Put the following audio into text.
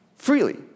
Freely